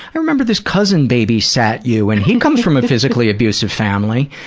i remember this cousin babysat you and he comes from a physically abusive family.